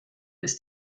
ist